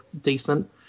decent